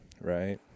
Right